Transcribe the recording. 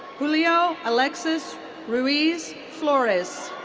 julio alexis ruiz flores.